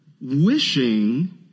wishing